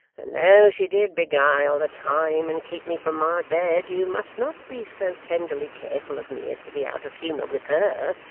and though she did beguile the time and keep me from my bed, you must not be so tenderly careful of me as to be out of humour with her.